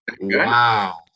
Wow